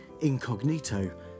incognito